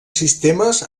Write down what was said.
sistemes